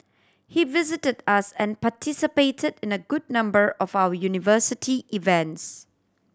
he visited us and participated in a good number of our university events